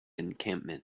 encampment